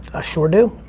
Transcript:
ah sure do.